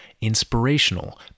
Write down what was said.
inspirational